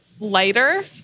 lighter